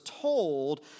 told